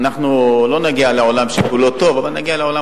אנחנו לא נגיע לעולם שכולו טוב אבל נגיע לעולם,